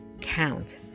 count